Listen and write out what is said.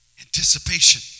anticipation